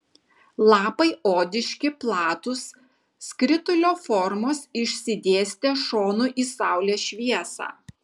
lapai odiški platūs skritulio formos išsidėstę šonu į saulės šviesą